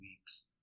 weeks